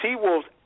T-Wolves